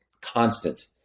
constant